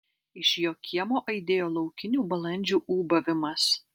iš jo kiemo aidėjo laukinių balandžių ūbavimas